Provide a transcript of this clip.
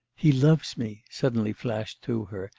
he loves me suddenly flashed through her,